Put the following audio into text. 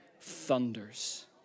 thunders